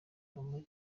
urumuri